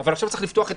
אני מתייחס לסעיף